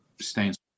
stains